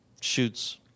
Shoots